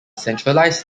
centralized